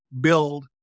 build